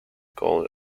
gold